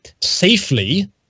safely